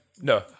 No